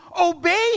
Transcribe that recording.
obey